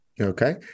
Okay